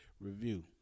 review